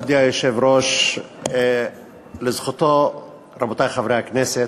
מכובדי היושב-ראש, רבותי חברי הכנסת,